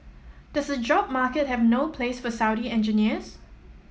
does the job market have no place for Saudi engineers